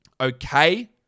okay